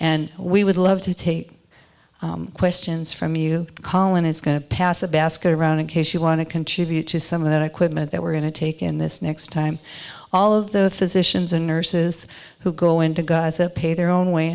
and we would love to take questions from you collin is going to pass the basket around in case you want to contribute to some of that equipment that we're going to take in this next time all of the physicians and nurses who go into guys that pay their own way